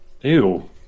Ew